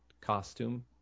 costume